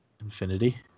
Infinity